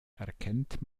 erkennt